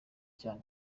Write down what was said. cyane